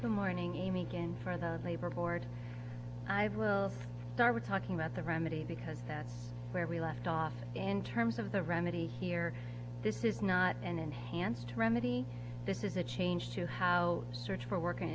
again for the labor board i will start with talking about the remedy because that's where we left off in terms of the remedy here this is not an enhanced to remedy this is a change to how search for work in